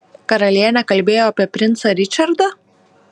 karalienė kalbėjo apie princą ričardą